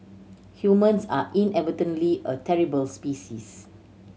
humans are inadvertently a terrible species